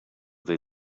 they